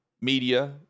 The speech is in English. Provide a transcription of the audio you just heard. media